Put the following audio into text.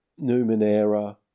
Numenera